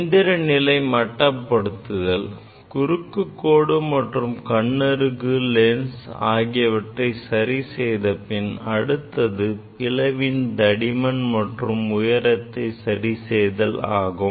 இயந்திர நிலை மட்டப்படுத்துதல் குறுக்குக் கோடு மற்றும் கண்ணருகு லென்ஸ் ஆகியவற்றை சரி செய்த பின் அடுத்தது பிளவின் தடிமன் மற்றும் உயரத்தை சரி செய்தல் ஆகும்